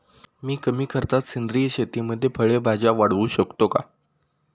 मी कमी खर्चात सेंद्रिय शेतीमध्ये फळे भाज्या वाढवू शकतो का?